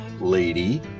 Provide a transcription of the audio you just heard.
Lady